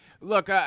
Look